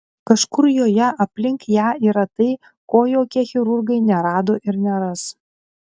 kažkur joje aplink ją yra tai ko jokie chirurgai nerado ir neras